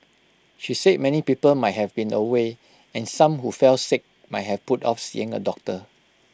she said many people might have been away and some who fell sick might have put off seeing A doctor